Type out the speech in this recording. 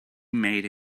made